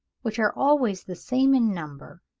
which are always the same in number,